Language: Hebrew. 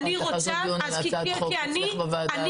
לך לעשות דיון על הצעת החוק אצלך בוועדה על הטרומיות?